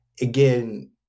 again